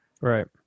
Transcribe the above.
right